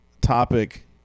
topic